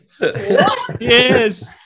Yes